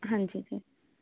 ਹਾਂਜੀ ਜੀ